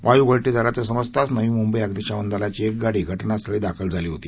वायू गळती झाल्याचं समजताच नवी मुंबई अग्निशमन दलाची एक गाडी घानास्थळी दाखल झाली होती